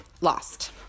lost